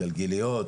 גלגיליות,